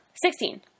Sixteen